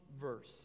verse